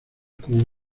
como